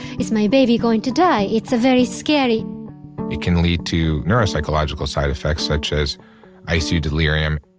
it's my baby going to die. it's very scary it can lead to neuropsychological side effects such as icu delirium